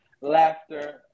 laughter